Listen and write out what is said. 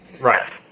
Right